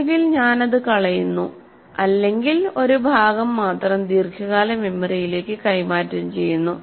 ഒന്നുകിൽ ഞാൻ അത് കളയുന്നു അല്ലെങ്കിൽ ഒരു ഭാഗം മാത്രം ദീർഘകാല മെമ്മറിയിലേക്ക് കൈമാറ്റം ചെയ്യുന്നു